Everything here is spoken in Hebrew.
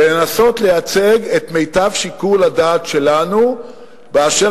ולנסות לייצג את מיטב שיקול הדעת שלנו באשר